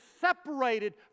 separated